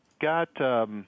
got